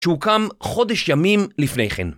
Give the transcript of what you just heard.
שהוקם חודש ימים לפני כן.